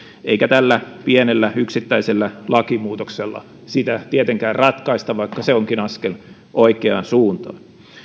eikä tällä pienellä yksittäisellä lakimuutoksella sitä tietenkään ratkaista vaikka se onkin askel oikeaan suuntaan